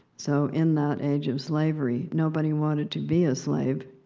so, in that age of slavery, nobody wanted to be a slave,